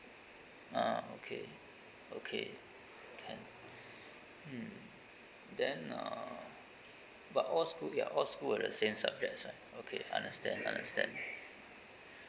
ah okay okay can mm then uh but all school yeah all school were the same subjects right okay understand understand